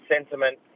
sentiment